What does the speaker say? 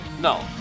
No